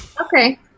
Okay